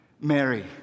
Mary